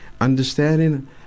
Understanding